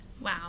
Wow